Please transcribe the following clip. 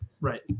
Right